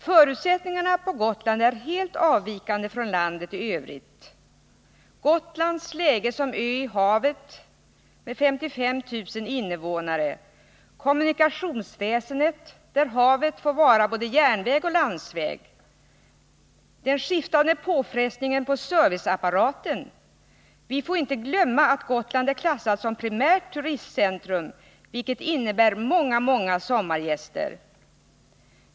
Förutsättningarna på Gotland är helt avvikande från förutsättningarna i vårt land i övrigt — Gotlands läge som ö i havet med 55 000 invånare, kommunikationsväsendet, där havet får vara både järnväg och landsväg, den skiftande påfrestningen på serviceapparaten. Vi får inte glömma att Gotland är klassat som primärt turistcentrum, vilket innebär många sommargäster under en kort tidsperiod på tre månader.